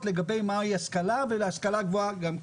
לגבי מה היא השכלה והשכלה גבוהה גם כן.